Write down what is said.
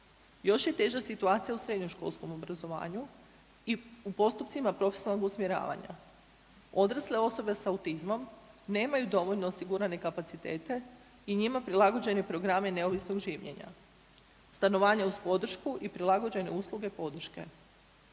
Još je teža situacija u srednjoškolskom obrazovanju i u postupcima profesionalnog usmjeravanja. Odrasle osobe s autizmom nemaju dovoljno osigurane kapacitete i njima prilagođeni programi neovisnog življenja. Stanovanje uz podršku i prilagođene usluge podrške.